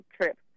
trip